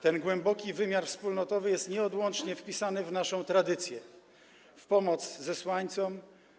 Ten głęboki wymiar wspólnotowy jest nieodłącznie wpisany w naszą tradycję, w pomoc zesłańcom,